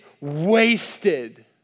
wasted